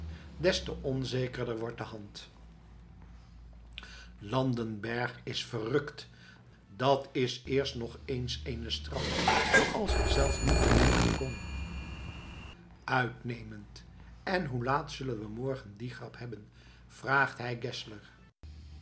te onzekerder wordt de hand landenberg is verrùkt dat is eerst nog eens eene straf zooals hij zelf niet bedenken kon uitnemend en hoe laat zullen we morgen die grap hebben vraagt hij geszler